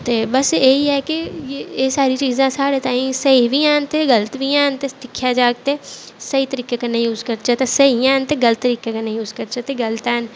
ते बस एह् ही ऐ कि एह् सारी चीजां साढ़े ताईं स्हेई बी हैन ते गल्त बी हैन ते दिक्खेआ जाह्ग ते स्हेई तरीके कन्नै यूज करचै स्हेई हैन ते गल्त तरीके कन्नै यूज करचै ते गलत हैन